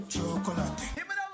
Chocolate